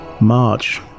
March